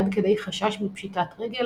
עד כדי חשש מפשיטת רגל,